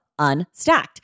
Unstacked